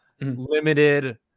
limited